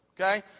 Okay